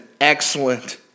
excellent